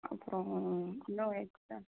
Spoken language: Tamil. அப்புறம் இன்னும் எக்ஸ்ட்ரா